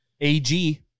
AG